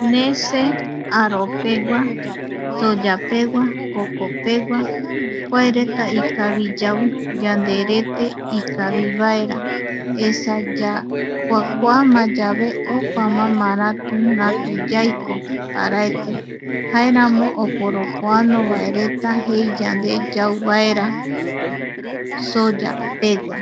Nese aropegua, soyapegua, cocopegua kua reta ikavi yau, yanderete ikavivaera esa ya, kuakuama yave opama, maratu ratu yaiko, paraete jaeramo oporopoano vaereta jei yande yau vaera, soyapegua